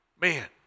Man